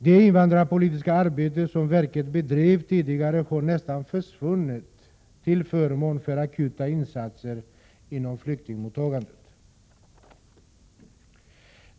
Det invandrarpolitiska arbete som verket bedrev tidigare har nästan upphört till förmån för akuta insatser inom flyktingmottagandet.